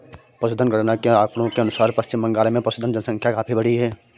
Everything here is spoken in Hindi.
पशुधन गणना के आंकड़ों के अनुसार पश्चिम बंगाल में पशुधन जनसंख्या काफी बढ़ी है